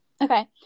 Okay